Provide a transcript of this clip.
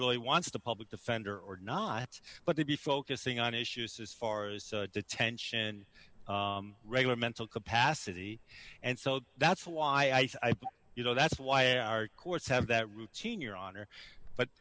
really wants to public defender or not but to be focusing on issues as far as detention and regular mental capacity and so that's why i think you know that's why our courts have that routine your honor